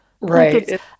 Right